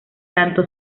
tanto